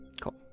Cool